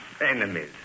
enemies